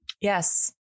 Yes